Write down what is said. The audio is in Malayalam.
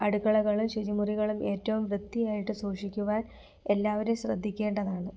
അടുക്കളകളും ശുചിമുറികളും ഏറ്റവും വൃത്തിയായിട്ട് സൂക്ഷിക്കുവാൻ എല്ലാവരും ശ്രദ്ധിക്കേണ്ടതാണ്